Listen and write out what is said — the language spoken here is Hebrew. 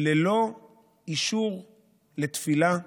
ללא אישור לתפילה,